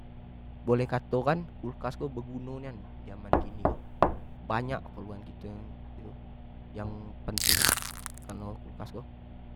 Boleh kato kan kulkas ko beguno nian zaman kini ko, banyak keperluan kito yang penting kalo kulkas ko.